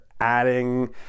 adding